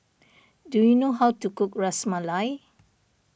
do you know how to cook Ras Malai